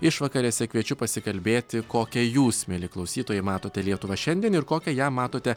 išvakarėse kviečiu pasikalbėti kokią jūs mieli klausytojai matote lietuvą šiandien ir kokią ją matote